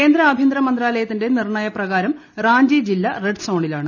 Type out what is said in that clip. കേന്ദ്ര ആഭ്യന്തര മന്ത്രാലയത്തിന്റെ നിർണ്ണയ പ്രകാരം റാഞ്ചി ജില്ല റെഡ് സോണിലാണ്